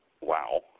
Wow